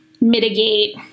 mitigate